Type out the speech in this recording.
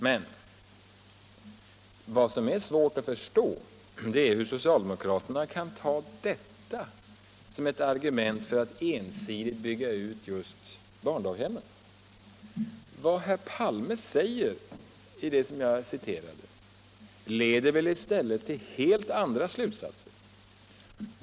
Men vad som är svårt att förstå är hur socialdemokraterna kan ta dem som argument för att ensidigt bygga ut just barndaghemmen. Vad herr Palme här säger leder väl i stället till andra slutsatser.